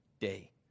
day